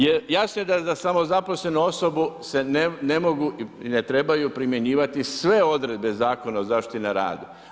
Jer jasno je da samozaposlenu osobu se ne mogu i ne trebaju primjenjivati sve odredbe Zakona o zaštiti na radu.